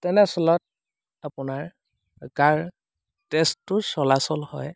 তেনেচলত আপোনাৰ কাৰ তেজটোৰ চলাচল হয়